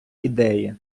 ідеї